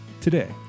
today